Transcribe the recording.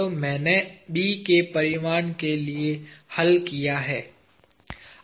तो अब मैंने B के परिमाण के लिए हल किया है